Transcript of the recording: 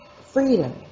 freedom